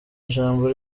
ijambo